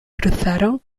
cruzaron